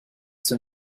suo